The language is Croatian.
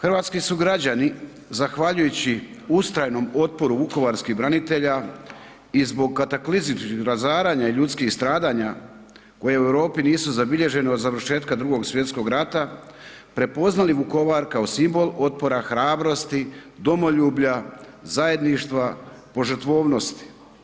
Hrvatski su građani zahvaljujući ustrajnom otporu vukovarskih branitelja i zbog kataklizmičkih razaranja i ljudskih stradanja u Europi nisu zabilježeni od završetka Drugog svjetskog rata, prepoznali Vukovar kao simbol otpora, hrabrosti, domoljublja, zajedništva, požrtvovnosti.